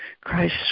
Christ